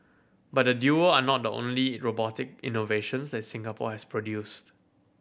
but the duo are not the only robotic innovations that Singapore has produced